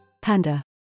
Panda